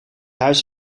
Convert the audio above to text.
huis